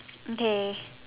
okay